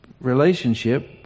relationship